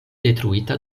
detruita